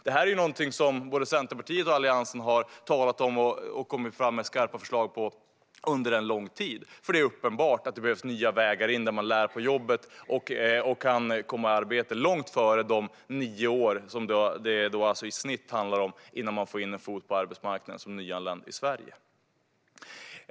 Det är någonting som både Centerpartiet och Alliansen har talat om och kommit fram med skarpa förslag om under en lång tid. Det är uppenbart att det behövs nya vägar in där man lär på jobbet och kan komma i arbeta långt före de nio år som det i snitt handlar om innan man som nyanländ i Sverige får in en fot på arbetsmarknaden.